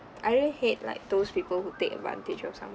I really hate like those people who take advantage of some